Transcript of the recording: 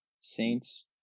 Saints